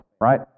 right